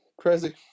crazy